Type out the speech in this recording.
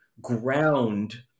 ground